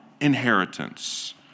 inheritance